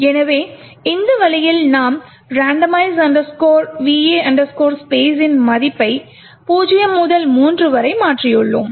எனவே இந்த வழியில் நாம் randomize va space இன் மதிப்பை 0 முதல் 3 வரை மாற்றியுள்ளோம்